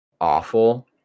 awful